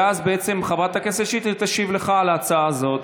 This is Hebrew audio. ואז חברת הכנסת שטרית תשיב לך על ההצעה הזאת.